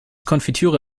konfitüre